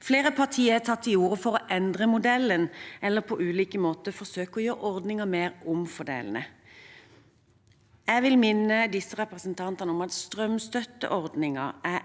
Flere partier har tatt til orde for å endre modellen eller på ulike måter forsøke å gjøre ordningen mer omfordelende. Jeg vil minne disse representantene om at strømstøtteordningen er